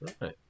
Right